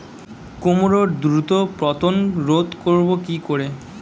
কুমড়োর দ্রুত পতন রোধ করব কি করে?